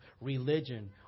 religion